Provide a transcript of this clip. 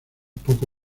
poco